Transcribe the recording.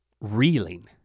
reeling